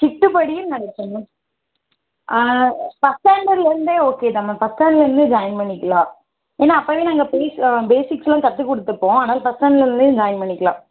shift படியும் நடக்கும் ma'am ஃபஸ்ட்டாண்டட்லேருந்தே ஓகே தான் மேம் ஃபஸ்ட்டாண்டட்லேருந்தே ஜாயின் பண்ணிக்கலாம் ஏன்னா அப்போவே நாங்கள் பிவிக் பேஸிக்ஸ்லாம் கற்றுக் கொடுத்துப்போம் அதனால் ஃபஸ்ட்டாண்டட்லேருந்தே ஜாயின் பண்ணிக்கலாம்